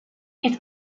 its